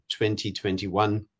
2021